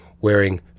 wearing